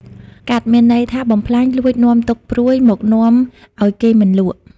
កាត់ មានន័យថា បំផ្លាញ លួច នាំទុក្ខព្រួយមកនាំឲ្យគេងមិនលក់។